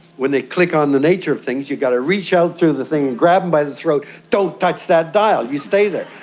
when they click on the nature of things you've got to reach out through the thing and grab them and by the throat, don't touch that dial, you stay there!